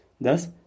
Thus